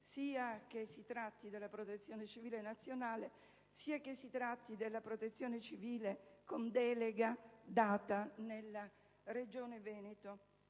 sia che si tratti della Protezione civile nazionale che della Protezione civile con delega data alla Regione Veneto,